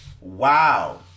Wow